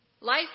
Life